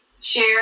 share